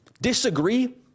disagree